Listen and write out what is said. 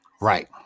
Right